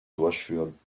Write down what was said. durchführen